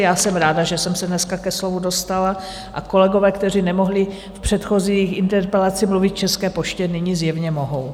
Já jsem ráda, že jsem se dneska ke slovu dostala a kolegové, kteří nemohli v předchozí interpelaci mluvit k České poště, nyní zjevně mohou.